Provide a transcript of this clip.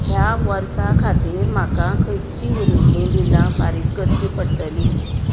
ह्या वर्सा खातीर म्हाका खंयचीं उरिल्लीं बिलां फारीक करची पडटलीं